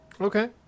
Okay